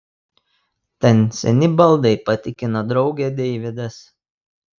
ten seni baldai patikino draugę deividas